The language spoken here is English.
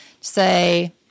say